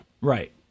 Right